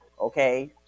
okay